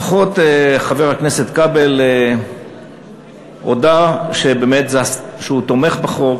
לפחות חבר הכנסת כבל הודה שבאמת הוא תומך בחוק,